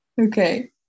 Okay